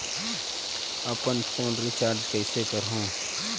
अपन phone recharge कइसे करहु?